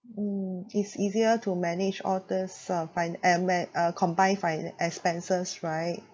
mm it's easier to manage all these uh fin~ uh ma~ uh combined fina~ expenses right